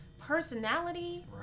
personality